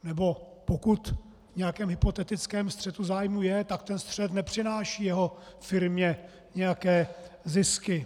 Nebo, pokud v nějakém hypotetickém střetu zájmů je, tak ten střet nepřináší jeho firmě nějaké zisky.